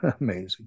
amazing